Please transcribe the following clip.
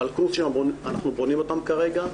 אבל קורסים שאנחנו בונים אותם כרגע,